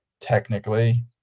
Technically